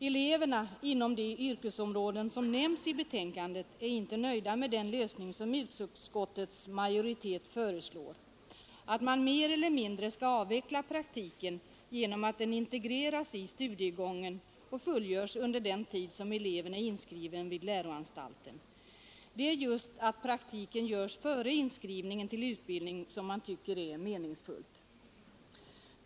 Eleverna inom de yrkesområden som nämns i betänkandet är inte nöjda med den lösning utskottets majoritet föreslår — att man mer eller mindre skall avveckla praktiken genom att den integreras i studiegången och fullgörs under den tid då eleven är inskriven vid läroanstalten. Det är just att praktiken görs före inskrivningen till utbildning som man tycker är meningsfullt.